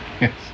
yes